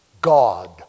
God